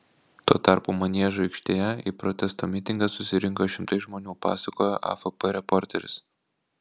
tuo tarpu maniežo aikštėje į protesto mitingą susirinko šimtai žmonių pasakojo afp reporteris